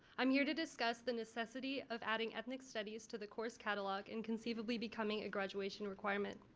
i'm here to discuss the necessity of adding ethnic studies to the course catalog and conceivably becoming a graduation requirement.